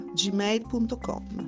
gmail.com